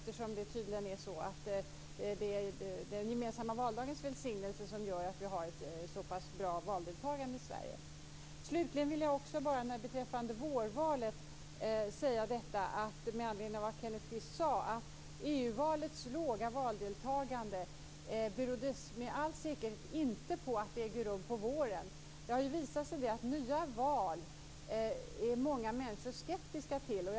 Tydligen är det ju den gemensamma valdagens välsignelse som gör att vi har ett så pass bra valdeltagande i Sverige. Den sista frågan gäller vårval. Kenneth Kvist sade att det låga deltagandet i EU-valet med all säkerhet inte berodde på att det ägde rum på våren. Det har visat sig att många människor är skeptiska till nya former av val.